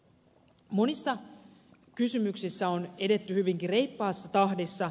monissa kysymyksissä on edetty hyvinkin reippaassa tahdissa